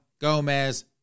Gomez